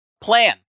Plan